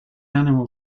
animal